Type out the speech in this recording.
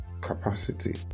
capacity